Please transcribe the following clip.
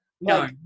No